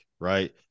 Right